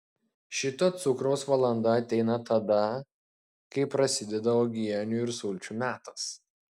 šito cukraus valanda ateina tada kai prasideda uogienių ir sulčių metas